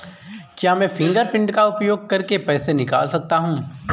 क्या मैं फ़िंगरप्रिंट का उपयोग करके पैसे निकाल सकता हूँ?